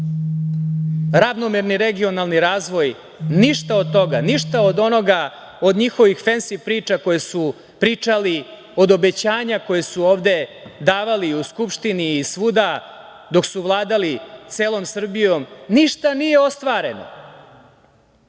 Ravnomerni regionalni razvoj, ništa od toga. Ništa od njihovih fensi priča koje su pričali, od obećanja koje su ovde davali i u Skupštini i svuda dok su vladali celom Srbijom. Ništa od toga nije ostvareno. Sada